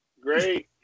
great